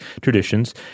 traditions